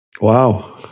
Wow